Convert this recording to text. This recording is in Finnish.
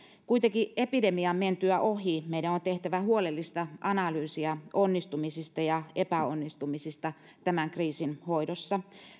epidemian mentyä ohi on meidän kuitenkin tehtävä huolellista analyysiä onnistumisista ja epäonnistumisista tämän kriisin hoidossa